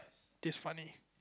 this funny